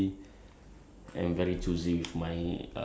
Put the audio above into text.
like um